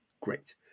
Great